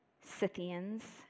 Scythians